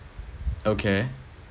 okay